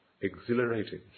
Exhilarating